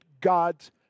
God's